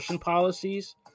policies